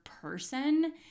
person